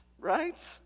right